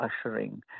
ushering